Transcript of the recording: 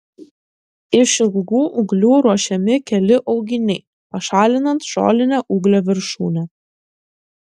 iš ilgų ūglių ruošiami keli auginiai pašalinant žolinę ūglio viršūnę